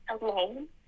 alone